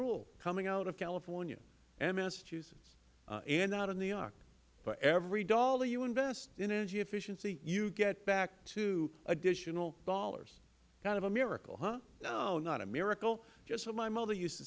rule coming out of california and massachusetts and out of new york for every dollar you invest in energy efficiency you get back two additional dollars kind of a miracle huh no not a miracle just how my mother used to